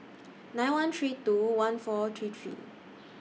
nine one three two one four three three